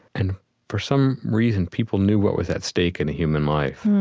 and for some reason, people knew what was at stake in a human life.